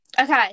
okay